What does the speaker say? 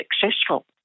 successful